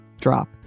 drop